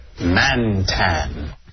Mantan